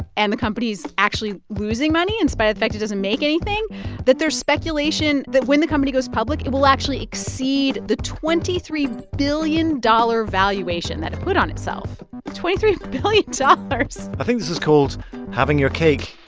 and the company is actually losing money in spite of the fact it doesn't make anything that there's speculation that when the company goes public, it will actually exceed the twenty three billion dollars valuation that it put on itself twenty three billion dollars i ah think this is called having your cake.